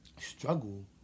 struggle